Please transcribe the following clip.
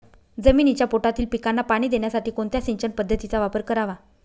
जमिनीच्या पोटातील पिकांना पाणी देण्यासाठी कोणत्या सिंचन पद्धतीचा वापर करावा?